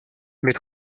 mais